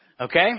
Okay